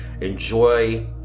enjoy